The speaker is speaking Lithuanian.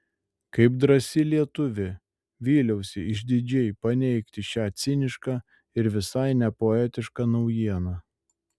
kaip drąsi lietuvė vyliausi išdidžiai paneigti šią cinišką ir visai nepoetišką naujieną